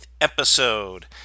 episode